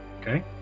Okay